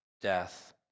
death